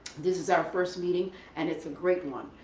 this is our first meeting and it's a greet one.